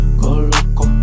coloco